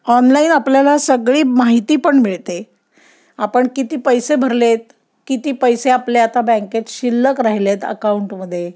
online आपल्याला सगळी माहिती पण मिळते आपण किती पैसे भरलेत किती पैसे आपले आता बँकेत शिल्लक राहिलेत अकाऊंटमध्ये